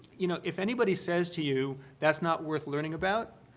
you know, if anybody says to you, that's not worth learning about,